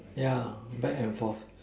yeah back and fore